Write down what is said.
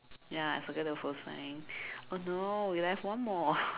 ya I circle the whole sign oh no we're left one more